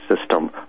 system